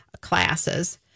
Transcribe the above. classes